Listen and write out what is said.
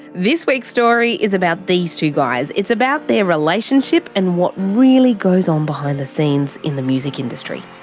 this week's story is about these two guys, it's about their relationship and what really goes on behind the scenes in the music industry.